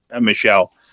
Michelle